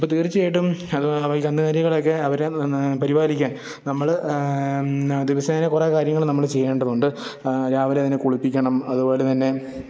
അപ്പോൾ തീര്ച്ചയായിട്ടും ഈ കന്നുകാലികളൊക്കെ അവരെ പരിപാലിക്കാന് നമ്മൾ ദിവസേന കുറേ കാര്യങ്ങൾ നമ്മൾ ചെയ്യേണ്ടതുണ്ട് രാവിലെ തന്നെ കുളിപ്പിക്കണം അതുപോലെ തന്നെ